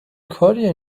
کاریه